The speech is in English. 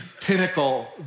pinnacle